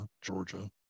Georgia